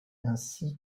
ainsi